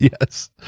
Yes